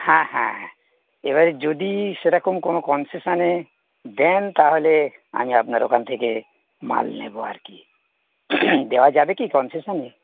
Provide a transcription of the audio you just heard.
হ্যাঁ হ্যাঁ এবারে যদি সেরকম কোনো কনসেশনে দেন তাহলে আমি আপনার ওখান থেকে মাল নেবো আর কি দেওয়া যাবে কি কনসেশনে